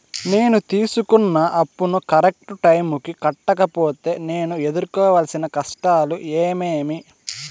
నేను తీసుకున్న అప్పును కరెక్టు టైముకి కట్టకపోతే నేను ఎదురుకోవాల్సిన కష్టాలు ఏమీమి?